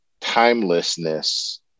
timelessness